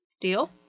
Deal